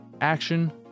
action